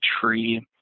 tree